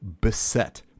beset